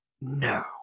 No